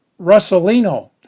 russellino